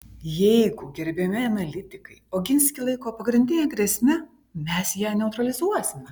jeigu gerbiami analitikai oginskį laiko pagrindine grėsme mes ją neutralizuosime